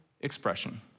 expression